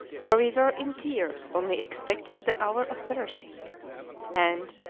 for we were in tears only expecting the hour of perishing and,